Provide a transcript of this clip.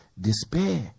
Despair